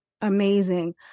amazing